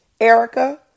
Erica